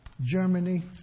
Germany